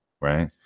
right